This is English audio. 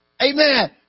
Amen